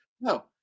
no